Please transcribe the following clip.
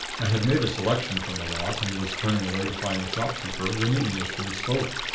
i had made a selection from the lot and was turning away to find the shopkeeper, when the englishman spoke.